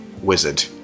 wizard